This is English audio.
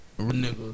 nigga